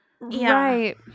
Right